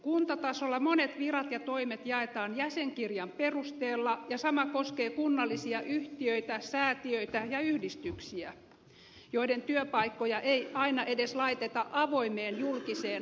kuntatasolla monet virat ja toimet jaetaan jäsenkirjan perusteella ja sama koskee kunnallisia yhtiöitä säätiöitä ja yhdistyksiä joiden työpaikkoja aina ei edes laiteta avoimeen julkiseen hakuun